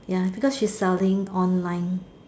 ya because she's selling online